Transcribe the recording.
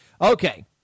Okay